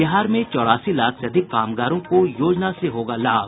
बिहार में चौरासी लाख से अधिक कामगारों को योजना से होगा लाभ